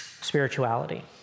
spirituality